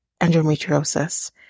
endometriosis